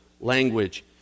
language